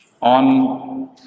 on